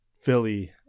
philly